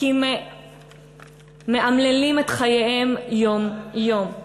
מאמללים את חייהם יום-יום.